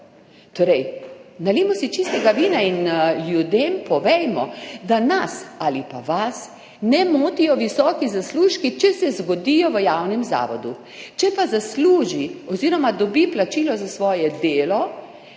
Torej, nalijmo si čistega vina in ljudem povejmo, da nas ali pa vas ne motijo visoki zaslužki, če se zgodijo v javnem zavodu. Če pa zasluži oziroma dobi plačilo za svoje delo